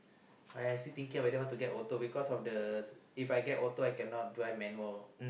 I still think whether want to get auto because of the If I get auto I cannot drive manual